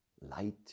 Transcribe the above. Light